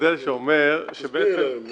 תסבירי להם,